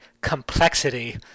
complexity